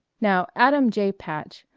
now adam j. patch,